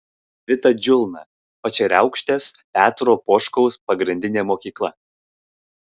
vita džiulna pačeriaukštės petro poškaus pagrindinė mokykla